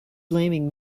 blaming